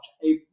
April